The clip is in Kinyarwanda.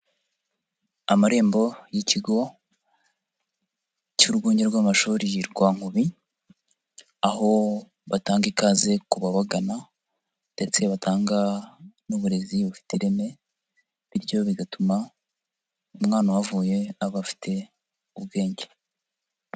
Amarembo y'ikigo cy'urwunge rw'amashuri rwa Nkubi, aho batanga ikaze ku babagana ndetse batanga n'uburezi bufite ireme bityo bigatuma umwana uhavuye aba afite ubwenge.